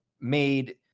made